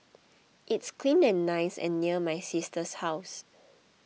it's clean and nice and near my sister's house